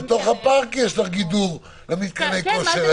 בתוך הפארק יש לך גידור למתקני הכושר האלה.